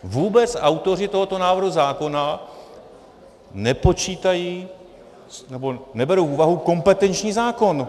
Vůbec autoři tohoto návrhu zákona nepočítají, nebo neberou v úvahu kompetenční zákon.